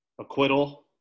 acquittal